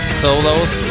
solos